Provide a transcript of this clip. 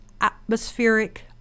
atmospheric